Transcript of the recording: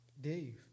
Dave